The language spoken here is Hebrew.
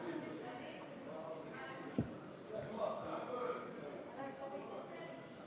עד עשר דקות, בבקשה.